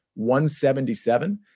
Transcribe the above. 177